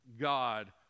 God